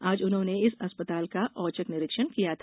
आज उन्होंने इस अस्पताल का औचक निरीक्षण किया था